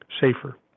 safer